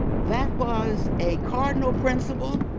that was a cardinal principle.